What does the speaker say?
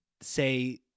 say